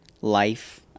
life